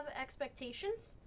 expectations